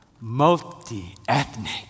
Multi-ethnic